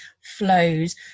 flows